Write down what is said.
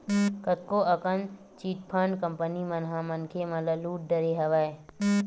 कतको अकन chit fund company मन ह मनखे मन ल लुट डरे हवय